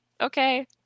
okay